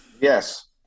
Yes